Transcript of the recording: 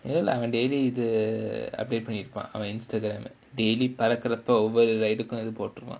என்ன:enna lah அவன்:avan daily இது:ithu update பண்ணிருப்பான் அவன்:panniruppan avan Instagram daily பறக்கறப்போ ஒவ்வரு:parakkarappo ovvaru ride இது போட்டுருவான்:ithu potturuvaan